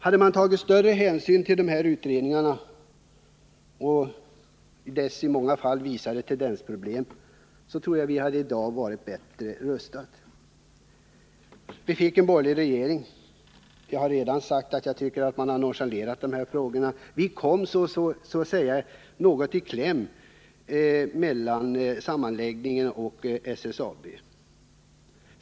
Hade man tagit större hänsyn till de här utredningarna och de tendensproblem som de i många fall visade på tror jag att vi i dag hade varit bättre rustade. Vi fick en borgerlig regering. Jag har redan sagt att jag tycker att den har nonchalerat de här frågorna. De kom så att säga i kläm vid sammanläggning då SSAB skapades.